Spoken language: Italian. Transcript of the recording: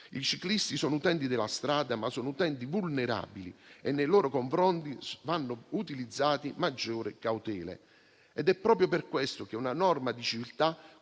I ciclisti sono utenti della strada, ma sono utenti vulnerabili e nei loro confronti vanno utilizzate maggiori cautele. È proprio per questo che è una norma di civiltà